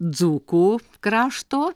dzūkų krašto